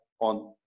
on